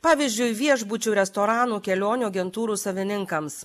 pavyzdžiui viešbučių restoranų kelionių agentūrų savininkams